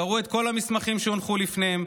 קראו את כל המסמכים שהונחו לפניהם,